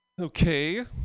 Okay